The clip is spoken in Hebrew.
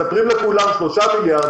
מספרים לכולם על 3 מיליארד,